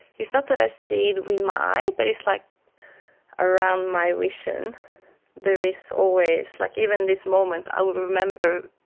it's not that i see it with my eye, but it's like around my vision there is always like even this moment, i will remember